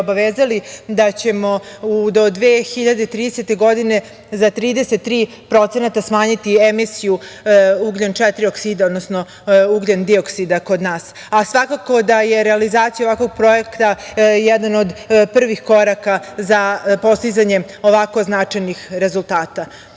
da ćemo do 2030. godine za 33% smanjiti emisiju ugljen četiri oksida, odnosno ugljendioksida kod nas. Svakako da je realizacija ovakvog projekta jedan od prvih koraka za postizanje ovako značajnih rezultata. Država